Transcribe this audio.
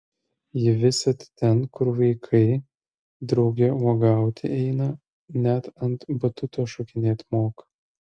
ji visad ten kur vaikai drauge uogauti eina net ant batuto šokinėti moka